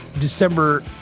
december